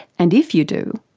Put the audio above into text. and if you do,